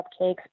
cupcakes